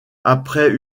après